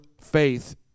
faith